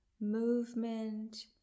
movement